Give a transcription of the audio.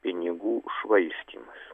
pinigų švaistymas